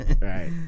Right